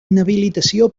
inhabilitació